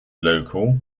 local